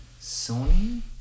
sony